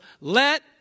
let